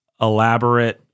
elaborate